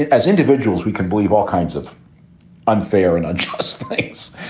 as individuals, we can believe all kinds of unfair and unjust things.